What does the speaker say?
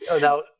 Now